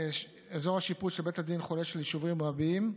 אזור השיפוט של בית הדין חולש על יישובים רבים,